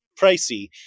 pricey